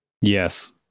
Yes